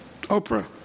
Oprah